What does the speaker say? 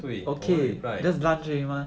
对我们 reply